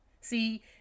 See